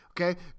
Okay